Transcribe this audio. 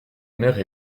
mère